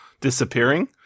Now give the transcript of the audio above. disappearing